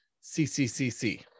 c-c-c-c